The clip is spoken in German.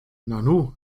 nanu